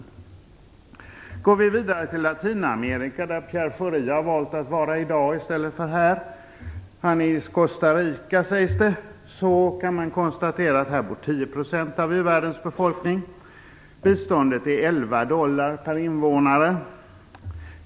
Om vi går vidare till Latinamerika, där Pierre Schori har valt att vara i dag i stället för här - han är i Costa Rica, sägs det - kan man konstatera att 10 % av u-världens befolkning bor där. Biståndet är 11 dollar per invånare.